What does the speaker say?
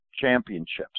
Championships